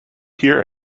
hear